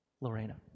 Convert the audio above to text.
Lorena